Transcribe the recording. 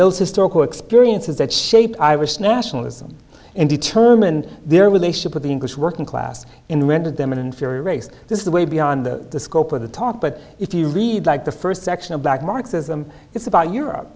those historical experiences that shaped i was nationalism and determined their relationship with the english working class in render them an inferior race this is the way beyond the scope of the talk but if you read like the first section of black marxism it's about europe